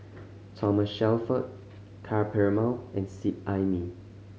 Thomas Shelford Ka Perumal and Seet Ai Mee